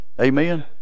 Amen